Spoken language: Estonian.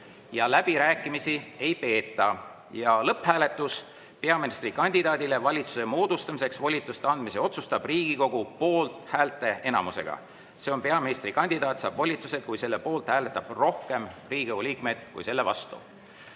Läbirääkimisi ei peeta. Lõpphääletus: peaministrikandidaadile valitsuse moodustamiseks volituste andmise otsustab Riigikogu poolthäälte enamusega. Peaministrikandidaat saab volitused, kui selle poolt hääletab rohkem Riigikogu liikmeid kui selle vastu.